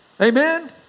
Amen